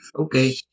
Okay